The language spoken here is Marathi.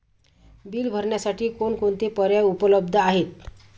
बिल भरण्यासाठी कोणकोणते पर्याय उपलब्ध आहेत?